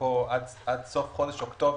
עד סוף חודש אוקטובר,